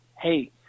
hey